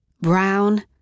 brown